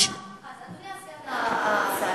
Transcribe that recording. אדוני סגן השר,